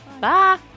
bye